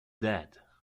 dead